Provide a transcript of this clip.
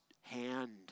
hand